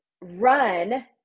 run